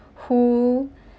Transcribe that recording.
who